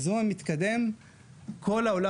זהו המענה שאנחנו ראינו למצב של שוק ההעברות באפליקציות ה-P2P.